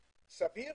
סביר,